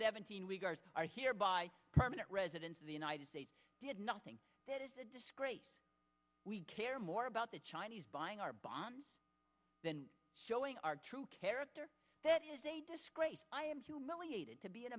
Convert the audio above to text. seventeen regards are here by permanent residents of the united states did nothing that is a disgrace we care more about the chinese buying our bonds than showing our true character that is a disgrace i am humiliated to be an